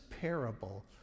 parable